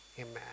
Amen